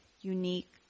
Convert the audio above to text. unique